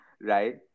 right